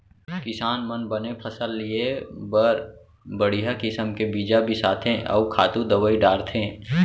किसान मन बने फसल लेय बर बड़िहा किसम के बीजा बिसाथें अउ खातू दवई डारथें